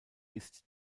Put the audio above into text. ist